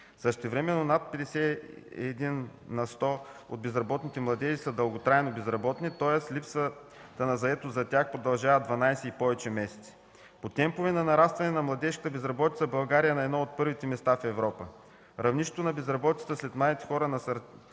Същевременно над 51 на сто от безработните младежи са дълготрайно безработни, тоест липсата на заетост за тях продължава 12 и повече месеци. По темпове на нарастване на младежката безработица България е на едно от първите места в Европа. Равнището на безработицата сред младите хора нараства